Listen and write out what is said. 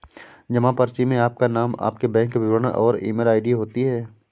जमा पर्ची में आपका नाम, आपके बैंक विवरण और ईमेल आई.डी होती है